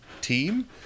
team